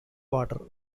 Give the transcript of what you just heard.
water